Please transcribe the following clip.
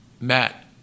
Matt